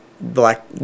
black